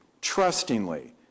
trustingly